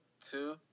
two